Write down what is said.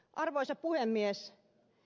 arvoisa puhemies